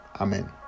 Amen